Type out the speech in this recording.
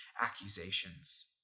accusations